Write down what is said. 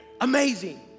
amazing